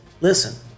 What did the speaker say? listen